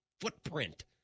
footprint